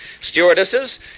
stewardesses